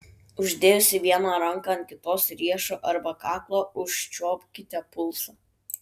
uždėjusi vieną ranką ant kitos riešo arba kaklo užčiuopkite pulsą